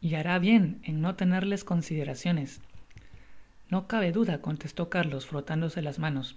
y hará bien en no tenerles consideraciones no cabe dudacontestó cárlos frotándose las manos